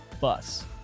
Bus